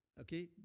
Okay